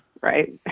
right